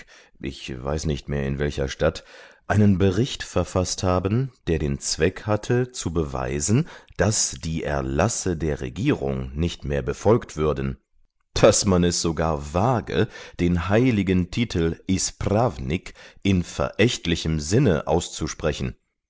ich weiß nicht mehr in welcher stadt einen bericht verfaßt haben der den zweck hatte zu beweisen daß die erlasse der regierung nicht mehr befolgt würden daß man es sogar wage den heiligen titel isprawnik in verächtlichem sinne auszusprechen